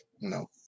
No